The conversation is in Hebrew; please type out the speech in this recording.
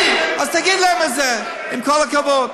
אני, אז תגיד להם את זה, עם כל הכבוד.